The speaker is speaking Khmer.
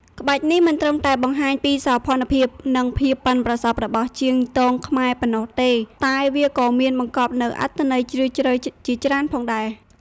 ក្បាច់នេះមិនត្រឹមតែបង្ហាញពីសោភ័ណភាព និងភាពប៉ិនប្រសប់របស់ជាងទងខ្មែរប៉ុណ្ណោះទេ តែវាក៏មានបង្កប់នូវអត្ថន័យជ្រាលជ្រៅជាច្រើនផងដែរ។